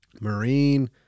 marine